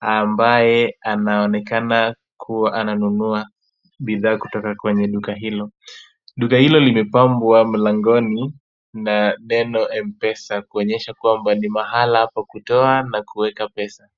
ambaye anaonekana kuwa ananunua bidhaa kutoka kwenye duka hilo. Duka hilo limepambwa mlangoni na neno Mpesa kuonyesha kwamba ni mahala pa kutoa na kueka pesa.